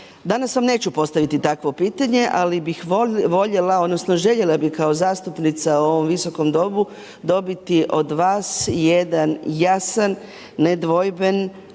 Danas vam neću postaviti takvo pitanje ali bih voljela odnosno željela bi kao zastupnica u ovom Visokom domu, dobiti od vas jedan jasan, nedvojben